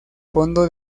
fondo